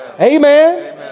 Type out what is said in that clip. Amen